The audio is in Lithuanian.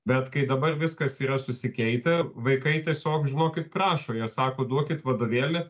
bet kai dabar viskas yra susikeitę vaikai tiesiog žinokit prašo jie sako duokit vadovėlį